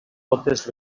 totes